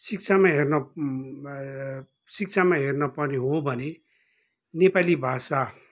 शिक्षामा हेर्न वा शिक्षामा हेर्नपर्ने हो भने नेपाली भाषा